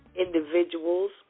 individuals